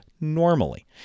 normally